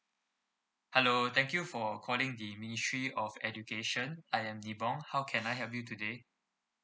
hello thank you for calling the ministry of education I am how can I help you today